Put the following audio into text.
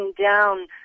down